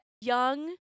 young